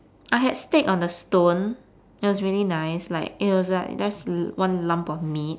I had steak on the stone it was really nice like it was like just one lump of meat